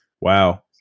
Wow